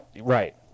Right